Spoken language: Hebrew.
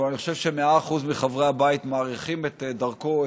אבל אני חושב ש-100% של חברי הבית מעריכים את דרכו,